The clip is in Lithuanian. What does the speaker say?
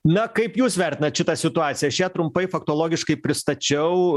na kaip jūs vertinat šitą situaciją šią trumpai faktologiškai pristačiau